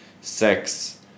sex